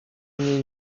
mniej